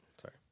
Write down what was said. Sorry